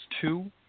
two